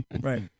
right